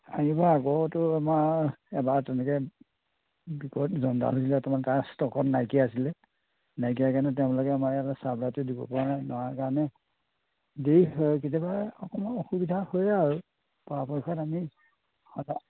আহিব আগতো আমাৰ এবাৰ তেনেকৈ ইষ্টকত নাইকিয়া হৈছিলে নাইকিয়া কাৰণে তেওঁলোকে আমাৰ ইয়াতে চাৰ্ভাৰটো দিব পৰা নাই নোহোৱা কাৰণে দেৰি হয় কেতিয়াবা অকণমান অসুবিধা হয় আৰু পাৰাপক্ষত আমি